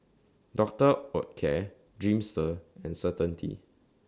Doctor Oetker Dreamster and Certainty